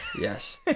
yes